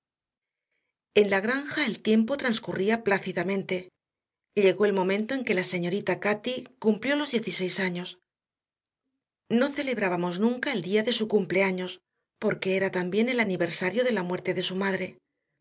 en la granja el tiempo transcurría plácidamente llegó el momento en que la señorita cati cumplió los dieciséis años no celebrábamos nunca el día de su cumpleaños porque era también el aniversario de la muerte de su madre